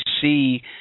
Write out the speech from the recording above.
see –